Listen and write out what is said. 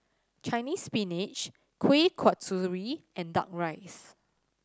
Chinese Spinach Kuih Kasturi and Duck Rice